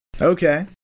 Okay